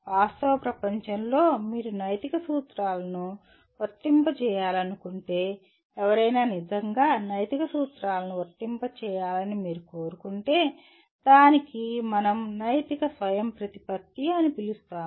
వాస్తవ ప్రపంచంలో మీరు నైతిక సూత్రాలను వర్తింపజేయాలనుకుంటే ఎవరైనా నిజంగా నైతిక సూత్రాలను వర్తింపజేయాలని మీరు కోరుకుంటే దానికి మనం నైతిక స్వయంప్రతిపత్తి అని పిలుస్తాము